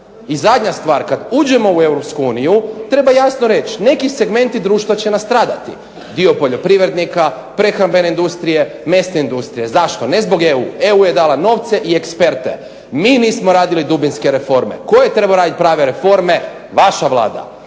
I zadnja stvar kada uđemo u EU treba jasno reći, neki segmenti društva će nastradati, dio poljoprivrednika, prehrambene industrije, mesne industrije. Zašto? Ne zbog EU. EU je dala novce i eksperte. Mi nismo radili dubinske reforme. Tko je trebao raditi prave reforme? Vaša Vlada.